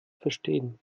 verstehen